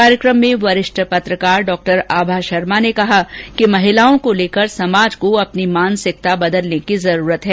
कार्यक्रम में वरिष्ठ पत्रकार डॉ आभा शर्मा ने कहा कि महिलाओं को लेकर समाज को अपनी मानसिकता बदलने की जरूरत है